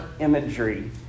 imagery